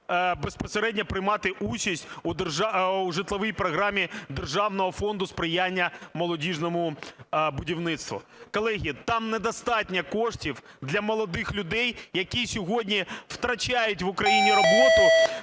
безпосередньо приймати участь в житловій програмі Державного фонду сприяння молодіжному будівництву. Колеги, там недостатньо коштів для молодих людей, які сьогодні втрачають в Україні роботу